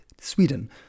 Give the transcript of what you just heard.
sweden